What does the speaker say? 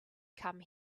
come